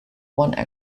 one